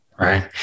Right